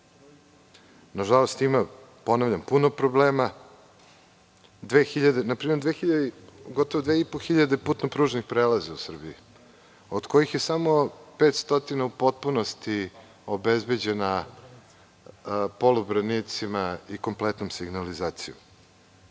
Nažalost, ima puno problema. Na primer, gotovo da ima 2.500 putno-pružnih prelaza u Srbiji od kojih je samo 500 u potpunosti obezbeđen polubranicima i kompletnom signalizacijom. Pruge